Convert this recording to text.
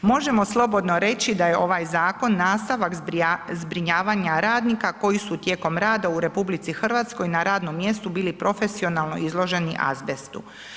Možemo slobodno reći da je ovaj zakon nastavak zbrinjavanja radnika koji su tijekom rada u RH na radnom mjestu bili profesionalno izloženi azbestu.